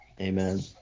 Amen